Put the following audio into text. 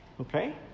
Okay